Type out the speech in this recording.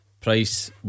price